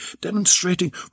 demonstrating